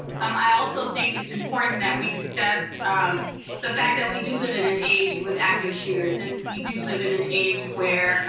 um i also think it's important that we discuss the fact that we do live in an age with active shooters, and we do live in an age where